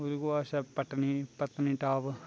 उ'दे कोला पट पत्नीटाप